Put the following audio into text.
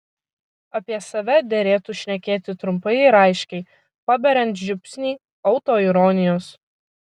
apie save derėtų šnekėti trumpai ir aiškiai paberiant žiupsnį autoironijos